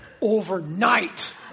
overnight